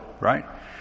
right